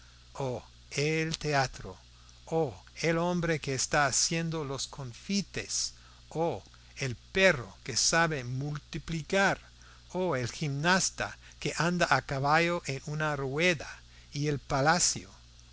el teatro oh el hombre que está haciendo los confites oh el perro que sabe multiplicar oh el gimnasta que anda a caballo en una rueda y el palacio es